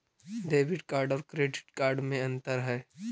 Debit card और credit card में अन्तर है?